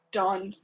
done